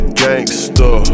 gangster